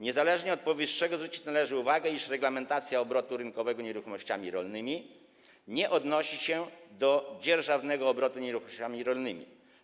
Niezależnie od powyższego zwrócić należy uwagę, iż reglamentacja obrotu rynkowego nieruchomościami rolnymi nie odnosi się do dzierżawnego obrotu nieruchomościami rolnymi.